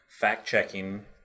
fact-checking